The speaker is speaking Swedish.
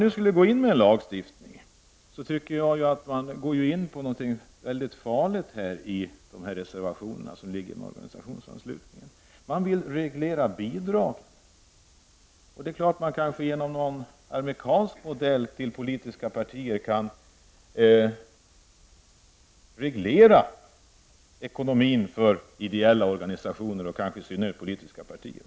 Att gå på linjen lagstiftning, som föreslås i reservationerna, tror jag är farligt. Man vill reglera genom bidrag. Det är klart att man kanske enligt amerikansk modell via bidrag vill reglera ekonomin för ideella organisationer och kanske i synnerhet för politiska partier.